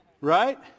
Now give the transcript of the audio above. Right